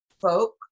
folk